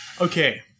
Okay